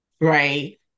right